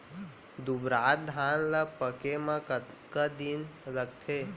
दुबराज धान ला पके मा कतका दिन लगथे?